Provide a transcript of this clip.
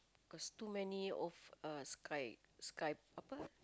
cause too many of uh sky sky apa